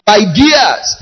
ideas